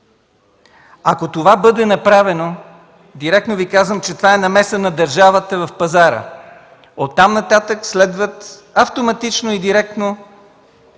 Ако това бъде направено, директно Ви казвам, че това е намесата на държавата в пазара. Оттам-нататък следват автоматично и директно